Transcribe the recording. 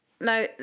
Now